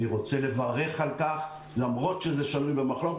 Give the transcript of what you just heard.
אני רוצה לברך על-כך למרות שזה שנוי במחלוקת,